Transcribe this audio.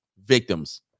victims